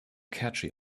catchy